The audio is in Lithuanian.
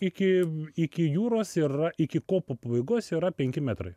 iki iki jūros yra iki kopų pabaigos yra penki metrai